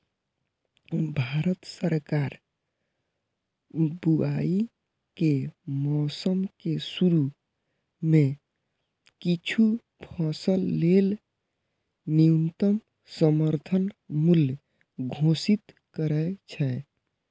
भारत सरकार बुआइ के मौसम के शुरू मे किछु फसल लेल न्यूनतम समर्थन मूल्य घोषित करै छै